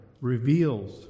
reveals